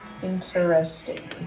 Interesting